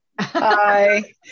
Hi